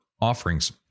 offerings